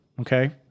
okay